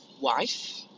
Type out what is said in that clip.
wife